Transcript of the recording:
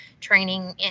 training